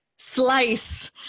slice